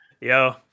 Yo